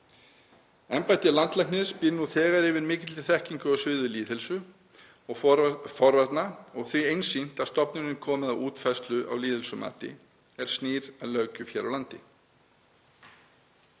Embætti landlæknis býr nú þegar yfir mikilli þekkingu á sviði lýðheilsu og forvarna og því einsýnt að stofnunin komi að útfærslu á lýðheilsumati er snýr að löggjöf hér á landi.